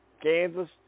Kansas